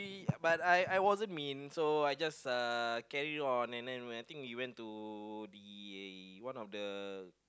but I I wasn't mean so I just uh carry on and then when I think he went to the one of the